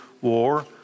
war